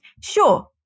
Sure